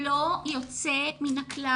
ללא יוצא מן הכלל.